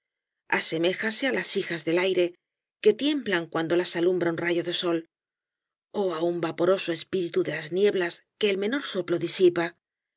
aseméjase á las hijas del aire que tiemblan cuando las alumbra un rayo de sol ó á un vaporoso espíritu de las nieblas que el menor soplo disipa